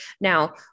Now